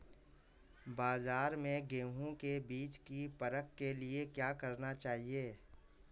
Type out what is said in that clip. बाज़ार में गेहूँ के बीज की परख के लिए क्या करना चाहिए?